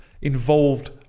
involved